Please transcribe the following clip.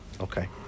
Okay